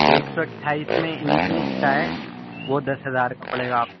ایک سو اٹھائیس میں انفنکس کا ہے وہ دس ہزار کا پڑے گا آپ کو